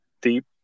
deep